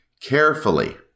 carefully